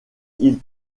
ils